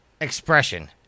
expression